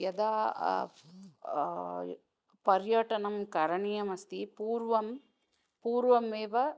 यदा पर्यटनं करणीयमस्ति पूर्वं पूर्वम् एव